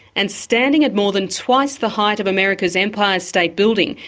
and standing at more than twice the height of america's empire state building,